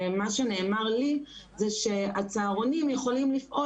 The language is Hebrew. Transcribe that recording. ומה שנאמר לי זה שהצהרונים יכולים לפעול